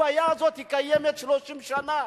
הבעיה הזאת קיימת 30 שנה,